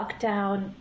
lockdown